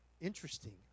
interesting